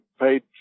paid